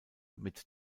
mit